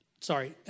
Sorry